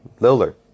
Lillard